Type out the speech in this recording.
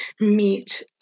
meet